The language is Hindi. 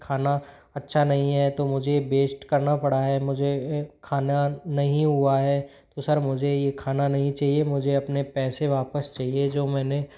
खाना अच्छा नहीं है तो मुझे बेस्ट करना पड़ा है मुझे खाना नहीं हुआ है तो सर मुझे ये खाना नहीं चाहिए मुझे अपने पैसे वापस चाहिए जो मैंने